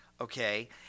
okay